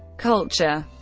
culture